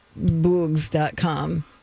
Boogs.com